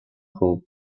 hole